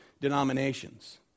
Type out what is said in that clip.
denominations